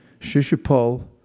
Shishupal